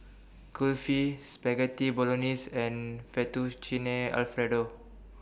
Kulfi Spaghetti Bolognese and Fettuccine Alfredo